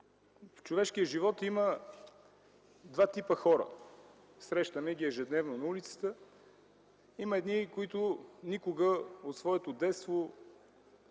В човешкия живот има два типа хора, срещаме ги ежедневно на улицата. Има едни, които никога – от своето детство